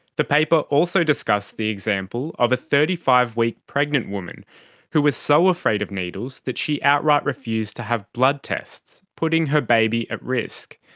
the paper also discussed the example of a thirty five week pregnant woman who was so afraid of needles that she outright refused to have blood tests, putting her baby at risk.